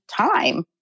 time